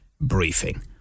briefing